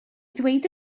ddweud